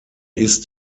ist